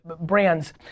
brands